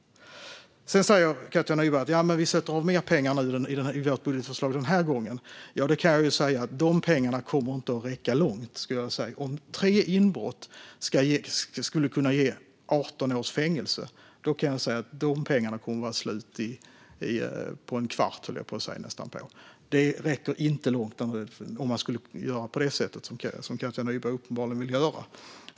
Katja Nyberg säger att Sverigedemokraterna avsätter mer pengar i sitt budgetförslag denna gång, men dessa pengar kommer inte att räcka långt. Om tre inbrott kan ge 18 års fängelse kommer pengarna att ta slut på en kvart. Det räcker inte långt om man skulle göra på det sätt som Katja Nyberg uppenbarligen vill göra.